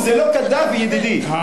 לוב זה לא קדאפי, ידידי.